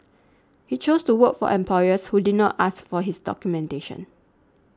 he chose to work for employers who did not ask for his documentation